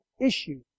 issue